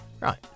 Right